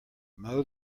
mow